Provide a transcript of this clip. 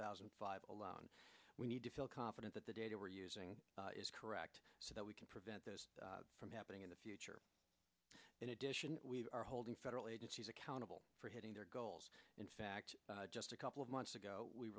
thousand and five alone we need to feel confident that the data we're using is correct so that we can prevent this from happening in the future in addition we are holding federal agencies accountable for hitting their goals in fact just a couple of months ago we